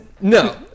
no